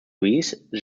louise